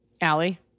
Allie